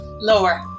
lower